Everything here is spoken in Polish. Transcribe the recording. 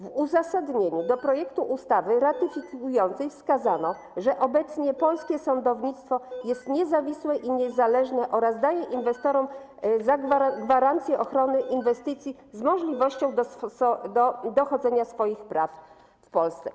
W uzasadnieniu projektu ustawy ratyfikującej wskazano, że obecnie polskie sądownictwo jest niezawisłe i niezależne oraz daje inwestorom gwarancję ochrony inwestycji z możliwością dochodzenia swoich praw w Polsce.